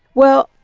well,